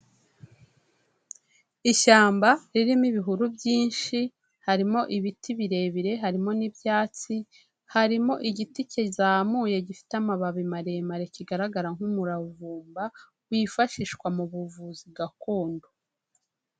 Ishyamba ririmo ibihuru byinshi, harimo ibiti birebire, harimo n'ibyatsi, harimo igiti kizamuye gifite amababi maremare kigaragara nk'umuravumba, wifashishwa mu buvuzi gakondo.